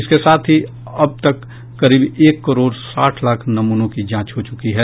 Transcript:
इसके साथ ही अब तक करीब एक करोड़ साठ लाख नमूनों की जांच हो चुकी है